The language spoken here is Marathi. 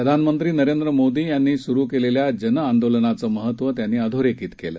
प्रधानमंत्री नरेंद्र मोदी यांनी सुरु केलेल्या जनआंदोलनाचं महत्व त्यांनी अधोरेखित केलं